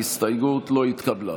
ההסתייגות לא התקבלה.